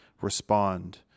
respond